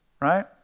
Right